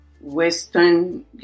Western